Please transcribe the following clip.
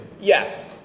yes